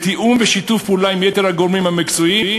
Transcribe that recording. בתיאום ובשיתוף פעולה עם יתר הגורמים המצויים,